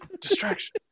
Distraction